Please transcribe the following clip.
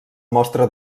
mostre